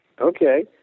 Okay